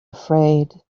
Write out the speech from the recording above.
afraid